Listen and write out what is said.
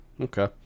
Okay